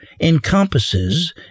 encompasses